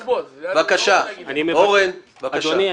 אדוני,